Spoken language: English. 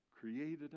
created